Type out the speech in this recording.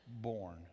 born